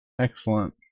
Excellent